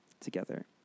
together